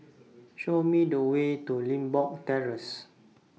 Show Me The Way to Limbok Terrace